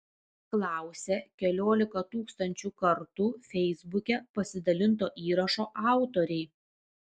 klausia keliolika tūkstančių kartų feisbuke pasidalinto įrašo autoriai